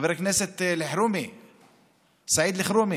חבר הכנסת סעיד אלחרומי,